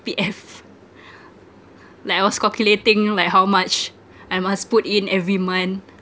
C_P_F like I was calculating like how much I must put in every month